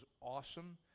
awesome